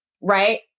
right